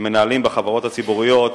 שמנהלים בחברות הציבוריות